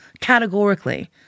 categorically